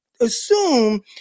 assume